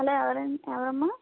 hello ఎవరండి ఎవరమ్మా